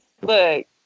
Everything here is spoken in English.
look